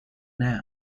now